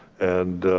and